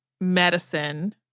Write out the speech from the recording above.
medicine